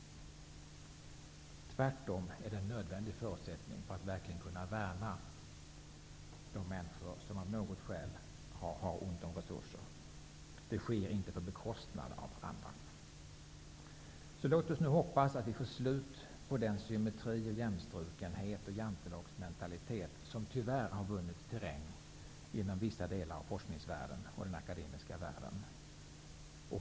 Tvärtom är detta en nödvändig förutsättning för att man verkligen skall kunna värna de människor som av något skäl har ont om resurser. Det sker inte på bekostnad av andra. Låt oss nu hoppas att vi får slut på den symmetri, jämnstrukenhet och jantelagsmentalitet som tyvärr har vunnit terräng inom vissa delar av forskningsvärlden och den akademiska världen.